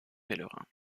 pellerin